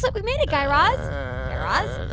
like we've made it, guy raz guy raz?